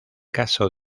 caso